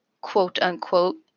quote-unquote